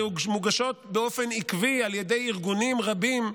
מוגשות באופן עקבי על ידי ארגונים רבים,